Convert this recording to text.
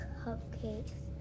cupcakes